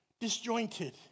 disjointed